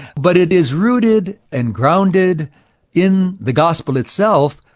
but it is rooted and grounded in the gospel itself.